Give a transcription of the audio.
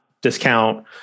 discount